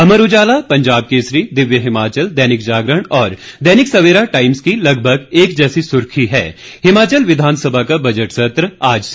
अमर उजाला पंजाब केसरी दिव्य हिमाचल दैनिक जागरण और दैनिक सवेरा टाइम्स की लगभग एक जैसी सुर्खी है हिमाचल विधानसभा का बजट सत्र आज से